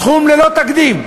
סכום ללא תקדים.